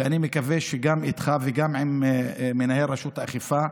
ואני מקווה שגם איתך וגם עם מנהל רשות האכיפה,